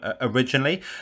originally